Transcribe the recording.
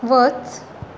वच